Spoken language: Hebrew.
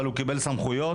אבל הוא קיבל סמכויות,